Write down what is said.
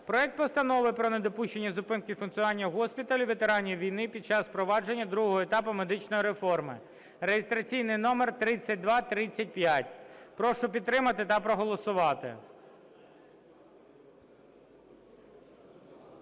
проект Постанови про недопущення зупинки функціонування госпіталів ветеранів війни під час впровадження другого етапу медичної реформи, (реєстраційний номер 3235). Прошу підтримати та проголосувати.